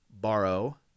borrow